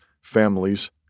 families